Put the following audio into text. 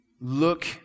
look